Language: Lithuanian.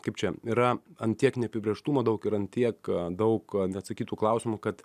kaip čia yra ant tiek neapibrėžtumo daug ir ant tiek daug neatsakytų klausimų kad